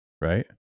Right